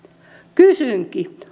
kysynkin